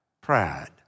Pride